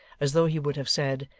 as though he would have said,